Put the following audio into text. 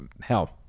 hell